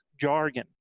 jargon